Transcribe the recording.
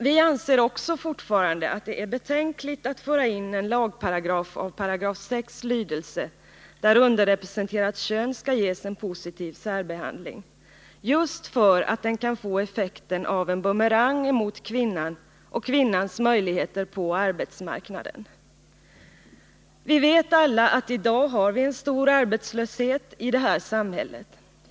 Vi anser också fortfarande att det är betänkligt att föra in en lagparagraf som 6 §, där underrepresenterat kön skall ges en positiv särbehandling, just för att den kan få effekten av en bumerang mot kvinnan och kvinnans möjligheter på arbetsmarknaden. Vi vet alla att i dag har vi en stor arbetslöshet i det här samhället.